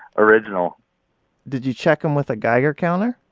original did you check them with a geiger counter?